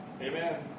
Amen